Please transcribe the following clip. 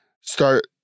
start